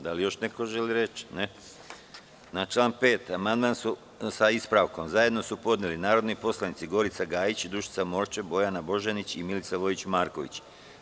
Da li još neko želi reč? (Ne.) Na član 5. amandman, sa ispravkom, zajedno su podneli narodni poslanici: Gorica Gajić, Dušica Morčev, Bojana Božanić i Milica Vojić Marković.